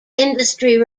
industry